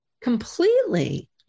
Completely